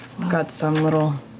got some little